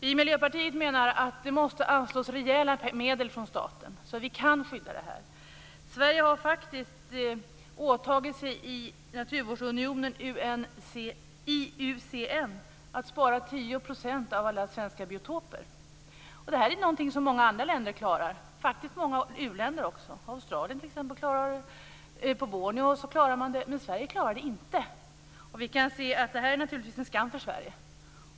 Vi i Miljöpartiet menar att det måste anslås rejäla medel från staten så att vi kan skydda den här skogen. Sverige har faktiskt åtagit sig i Naturvårdsunionen IUCN att spara 10 % av alla svenska biotoper. Det är någonting som många andra länder klarar - faktiskt också många u-länder. Australien klarar det t.ex. På Borneo klarar man det. Men Sverige klarar det inte. Det här är naturligtvis en skam för Sverige.